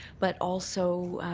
but also